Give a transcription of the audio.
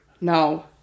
No